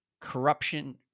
corruption-